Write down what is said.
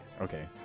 Okay